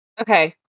Okay